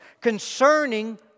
concerning